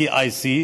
TIC,